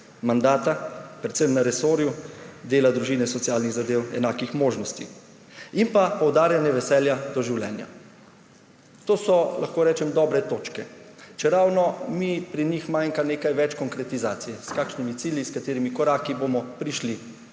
mandata, predvsem na resorju dela, družine, socialnih zadeva, enakih možnosti. In pa poudarjanje veselja do življenja. To so, lahko rečem, dobre točke, čeravno mi pri njih manjka nekaj več konkretizacije, s kakšnimi cilji, s katerimi koraki bomo prišli